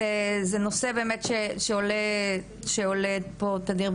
זה נושא באמת שעולה פה תדיר,